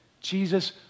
Jesus